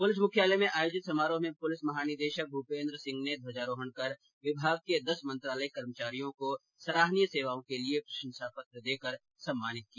police मुख्यालय में आयोजित समारोह में पुलिस महानिदेशक भूपेन्द्र सिंह ने ध्वजारोहण कर विभाग के दस मंत्रालयिक कर्मचारियों को सराहनीय सेवाओं के लिए प्रशंसा पत्र देकर सम्मानित किया